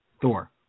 Thor